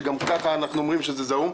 שגם כך אנחנו אומרים שזה סכום זעום.